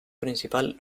principal